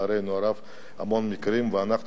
יש,